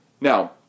Now